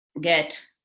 get